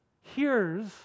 hears